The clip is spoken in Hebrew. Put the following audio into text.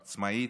עצמאית.